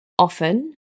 Often